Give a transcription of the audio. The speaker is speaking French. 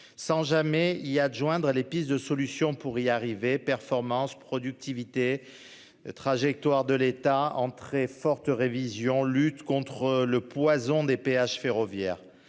Sans jamais y adjoindre les pistes de solutions pour y arriver. Performance, productivité. Trajectoire de l'État en très forte révision lutte contre le poison des péages ferroviaires.